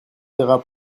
verra